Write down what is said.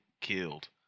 killed